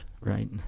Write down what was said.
right